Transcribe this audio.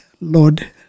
Lord